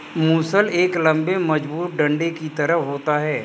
मूसल एक लम्बे मजबूत डंडे की तरह होता है